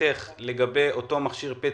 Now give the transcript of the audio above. ועמדתך לגבי מכשיר PET-CT,